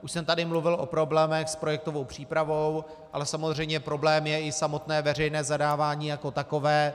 Už jsem tady mluvil o problémech s projektovou přípravou, ale samozřejmě problém je i samotné veřejné zadávání jako takové.